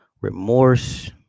remorse